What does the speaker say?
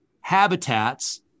habitats